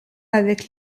avec